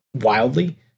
wildly